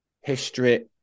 history